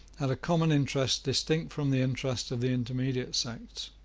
had a common interest distinct from the interest of the intermediate sects.